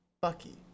Bucky